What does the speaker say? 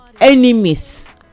Enemies